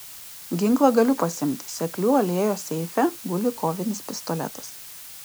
ginklą galiu pasiimti seklių alėjos seife guli kovinis pistoletas